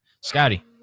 Scotty